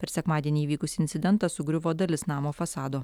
per sekmadienį įvykusį incidentą sugriuvo dalis namo fasado